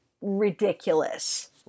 ridiculous